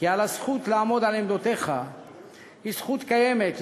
כי הזכות לעמוד על עמדותיך היא זכות קיימת,